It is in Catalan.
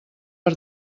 per